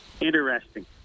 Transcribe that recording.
Interesting